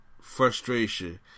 frustration